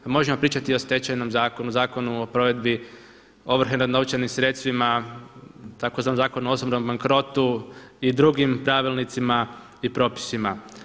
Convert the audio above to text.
Možemo pričati o Stečajnom zakonu, Zakonu o provedbi ovrhe nad novčanim sredstvima tzv. zakon o osobnom bankrotu i drugim pravilnicima i propisima.